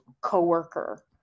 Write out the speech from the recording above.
coworker